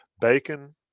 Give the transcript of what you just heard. bacon